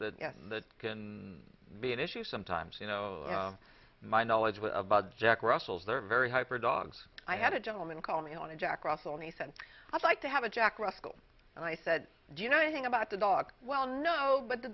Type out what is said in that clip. that can be an issue sometimes you know my knowledge was about jack russells they're very hyper dogs i had a gentleman call me on a jack russell and he said i'd like to have a jack russell and i said do you know anything about the dog well no but the